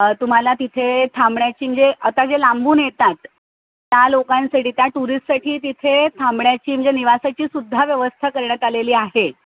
तुम्हाला तिथे थांबण्याची म्हणजे आता जे लांबून येतात त्या लोकांसाठी त्या टुरिस्टसाठी तिथे थांबण्याची म्हणजे निवासाचीसुद्धा व्यवस्था करण्यात आलेली आहे